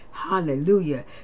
Hallelujah